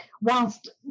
whilst